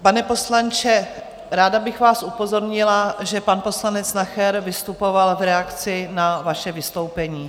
Pane poslanče, ráda bych vás upozornila, že pan poslanec Nacher vystupoval v reakci na vaše vystoupení.